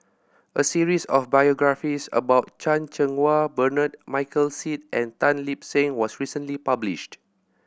a series of biographies about Chan Cheng Wah Bernard Michael Seet and Tan Lip Seng was recently published